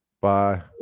Bye